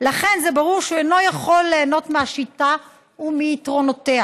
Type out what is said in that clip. ולכן ברור שהוא אינו יכול ליהנות מהשיטה ומיתרונותיה